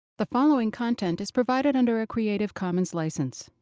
the following content is provided under a creative commons license.